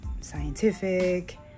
scientific